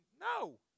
No